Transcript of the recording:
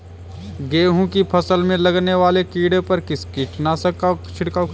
गेहूँ की फसल में लगने वाले कीड़े पर किस कीटनाशक का छिड़काव करें?